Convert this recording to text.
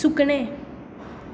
सुकणें